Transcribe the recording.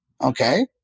Okay